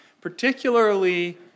particularly